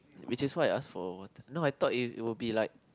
which is why I ask for water no I thought it it will be like